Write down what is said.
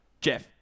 Jeff